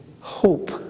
hope